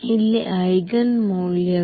ಇಲ್ಲಿ ಐಜೆನ್ ಮೌಲ್ಯಗಳು